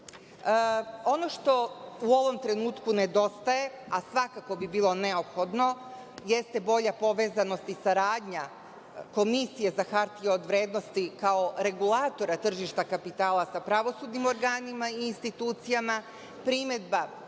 što u ovom trenutku nedostaje, a svakako bi bilo neophodno jeste bolja povezanost i saradnja Komisije za hartije od vrednosti, kao regulatora tržišta kapitala sa pravosudnim organima i institucijama. Primedba